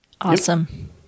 Awesome